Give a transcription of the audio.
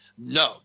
No